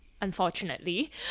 unfortunately